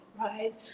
right